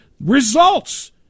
results